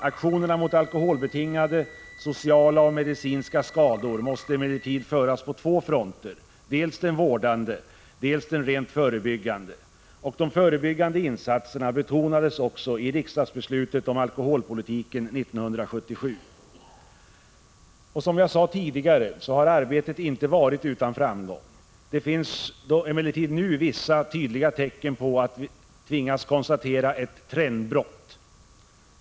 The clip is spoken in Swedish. Aktionerna mot alkoholbetingade sociala och medicinska skador måste emellertid föras på två fronter; dels den vårdande, dels den rent förebyggande. De förebyggande insatserna betonades också i riksdagsbeslutet om alkoholpolitiken 1977. Som jag sade tidigare har arbetet inte varit utan framgång. Det finns emellertid nu vissa tydliga tecken på att vi tvingas konstatera ett trendbrott.